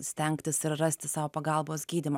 stengtis ir rasti sau pagalbos gydymo